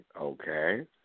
Okay